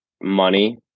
money